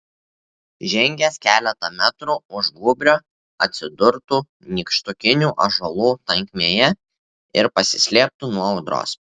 žengęs keletą metrų už gūbrio atsidurtų nykštukinių ąžuolų tankmėje ir pasislėptų nuo audros